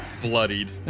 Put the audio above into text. bloodied